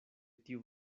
tiu